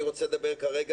אני רוצה לדבר כרגע